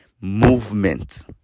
movement